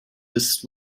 this